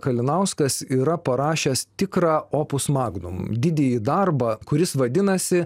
kalinauskas yra parašęs tikrą opūs magnum didįjį darbą kuris vadinasi